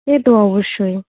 সে তো অবশ্যই